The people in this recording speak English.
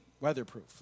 weatherproof